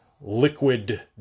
liquid